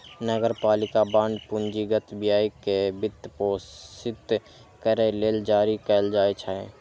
नगरपालिका बांड पूंजीगत व्यय कें वित्तपोषित करै लेल जारी कैल जाइ छै